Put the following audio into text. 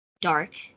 dark